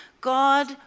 God